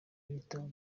w’ibitabo